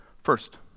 First